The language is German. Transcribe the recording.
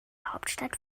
hauptstadt